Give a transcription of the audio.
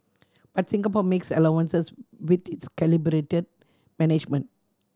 but Singapore makes allowances with its calibrated management